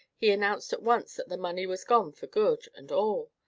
he announced at once that the money was gone for good and all,